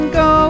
go